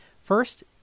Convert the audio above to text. First